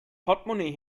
portemonnaie